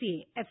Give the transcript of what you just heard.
സിയെ എഫ്